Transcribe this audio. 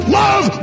love